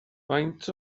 faint